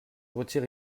retire